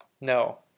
No